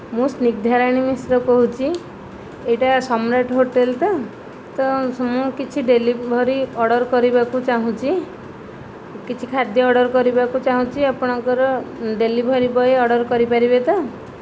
ମୁଁ ସ୍ନିଗ୍ଧାରାଣୀ ମିଶ୍ର କହୁଛି ଏଇଟା ସମ୍ରାଟ୍ ହୋଟେଲ୍ ତ ତ ମୁଁ କିଛି ଡେଲିଭେରୀ ଅର୍ଡ଼ର କରିବାକୁ ଚାହୁଁଛି କିଛି ଖାଦ୍ୟ ଅର୍ଡ଼ର କରିବାକୁ ଚାହୁଁଛି ଆପଣଙ୍କର ଡେଲିଭେରୀ ବଏ ଅର୍ଡ଼ର କରିପାରିବେ ତ